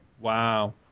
Wow